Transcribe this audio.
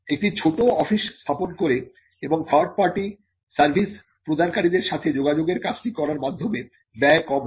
একটি ছোট অফিস স্থাপন করে এবং থার্ড পার্টি সার্ভিস প্রদানকারীদের সাথে যোগাযোগের কাজটি করার মাধ্যমে ব্যয় কম হবে